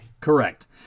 Correct